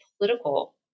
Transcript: political